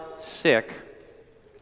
sick